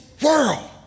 world